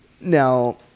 Now